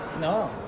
No